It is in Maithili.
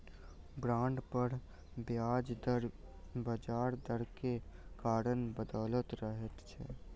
बांड पर ब्याज दर बजार दर के कारण बदलैत रहै छै